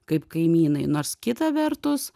kaip kaimynai nors kita vertus